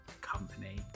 company